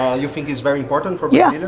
ah you think it's very important for yeah you know